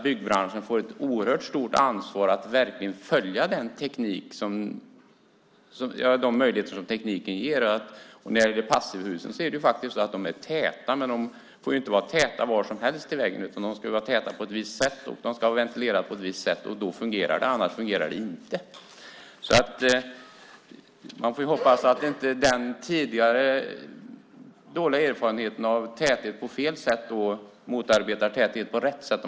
Byggbranschen får alltså ett oerhört stort ansvar för att verkligen ta vara på de möjligheter som tekniken ger. När det gäller passivhus är det faktiskt så att de är täta, men de får förstås inte vara täta var som helst i väggen, utan de ska vara täta på ett visst sätt och ventileras på ett visst sätt. Då fungerar det. Annars fungerar det inte. Man får hoppas att den tidigare dåliga erfarenheten av täthet på fel sätt inte motarbetar täthet på rätt sätt.